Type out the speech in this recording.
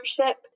ownership